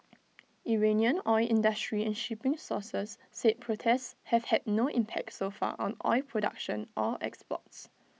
Iranian oil industry and shipping sources said protests have had no impact so far on oil production or exports